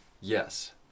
yes